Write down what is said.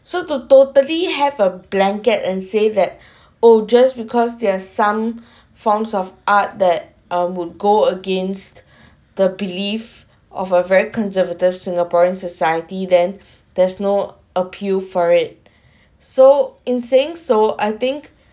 so to totally have a blanket and say that oh just because they're some forms of art that um would go against the belief of a very conservative singaporean society then there's no appeal for it so in saying so I think